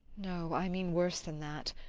no, i mean worse than that.